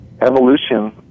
evolution